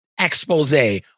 expose